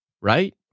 Right